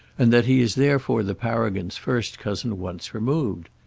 and that he is therefore the paragon's first cousin once removed.